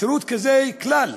שירות כזה כלל